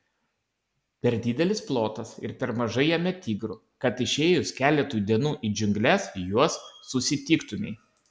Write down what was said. per didelis plotas ir per mažai jame tigrų kad išėjus keletui dienų į džiungles juos susitiktumei